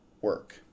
work